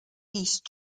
east